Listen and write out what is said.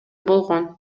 болгон